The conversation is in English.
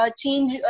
change